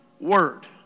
word